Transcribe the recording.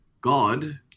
God